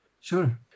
Sure